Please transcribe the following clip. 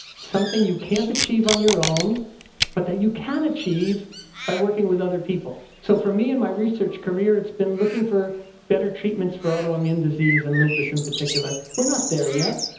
something you can't achieve on your own but that you can achieve by working with other people. so for me and my research career, it's been looking for better treatments for autoimmune disease disease and lupus in particular. we're not there yet.